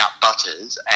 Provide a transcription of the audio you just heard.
butters